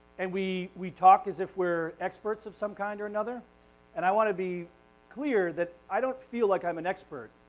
and we we talk as if we're expects so of some kind or another and i want to be clear that i don't feel like i'm an expert.